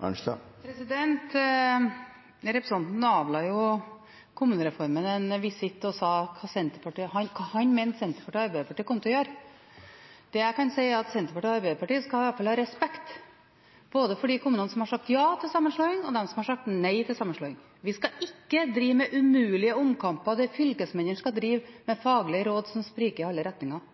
kjempeinnsats. Representanten avla kommunereformen en visitt og fortalte hva han mente Senterpartiet og Arbeiderpartiet kommer til å gjøre. Det jeg kan si, er at Senterpartiet og Arbeiderpartiet iallfall skal ha respekt både for de kommunene som har sagt ja til sammenslåing, og for dem som har sagt nei til sammenslåing. Vi skal ikke drive med umulige omkamper der fylkesmennene skal gi faglige råd som spriker i alle retninger.